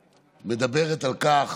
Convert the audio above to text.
שמדברת על כך